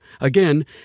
Again